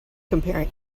comparing